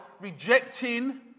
rejecting